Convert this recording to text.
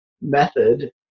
method